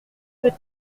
peut